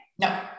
No